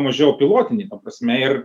mažiau pilotinį ta prasme ir